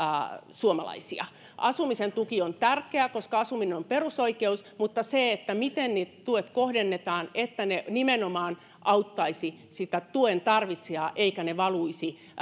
suomalaisia asumisen tuki on tärkeä koska asuminen on perusoikeus mutta se miten tuet kohdennetaan jotta ne nimenomaan auttaisivat tuen tarvitsijaa eivätkä valuisi